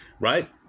right